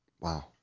Wow